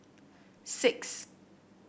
six